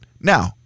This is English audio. Now